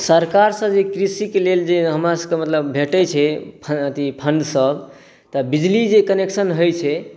सरकारसँ जे कृषिके लेल जे हमरासबके मतलब भेटै छै अथी फण्डसब तऽ बिजली जे कनेक्शन होइ छै